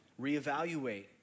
reevaluate